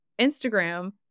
Instagram